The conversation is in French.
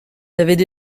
avaient